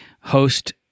host